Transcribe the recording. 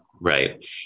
right